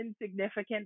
insignificant